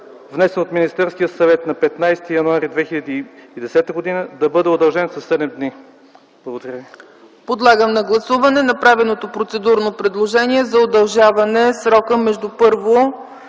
внесен от Министерския съвет на 15 януари 2010 г., да бъде удължен със 7 дни. Благодаря.